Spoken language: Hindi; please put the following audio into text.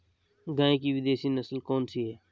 गाय की विदेशी नस्ल कौन सी है?